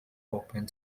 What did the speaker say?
open